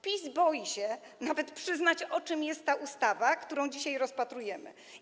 PiS boi się nawet przyznać, o czym jest ta ustawa, którą dzisiaj rozpatrujemy.